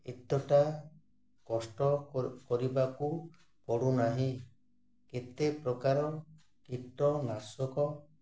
ଏତେଟା କଷ୍ଟ କରିବାକୁ ପଡ଼ୁନାହିଁ କେତେ ପ୍ରକାର କୀଟନାଶକ